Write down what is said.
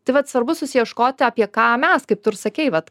tai vat svarbu susiieškoti apie ką mes kaip tu ir sakei vat